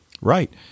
Right